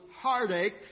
heartache